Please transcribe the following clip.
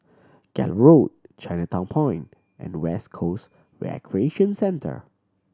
Gallop Road Chinatown Point and West Coast Recreation Centre